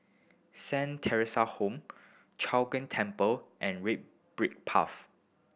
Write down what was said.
Saint Theresa's Home Chong Ghee Temple and Red Brick Path